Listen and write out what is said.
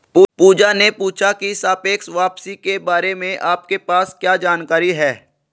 पूजा ने पूछा की सापेक्ष वापसी के बारे में आपके पास क्या जानकारी है?